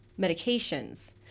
medications